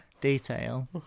detail